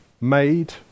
made